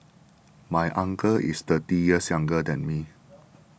my uncle is thirty years younger than me